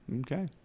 Okay